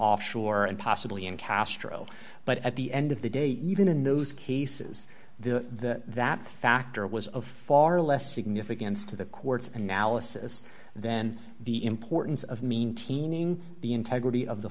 offshore and possibly in castro but at the end of the day even in those cases the that factor was of far less significance to the courts and malice as then the importance of maintaining the integrity of the